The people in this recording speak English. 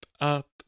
up